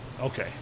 Okay